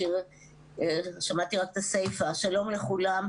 שלום לכולם,